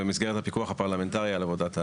במסגרת הפיקוח הפרלמנטרי על עבודת הממשלה.